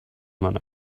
man